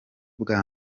bwa